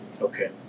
Okay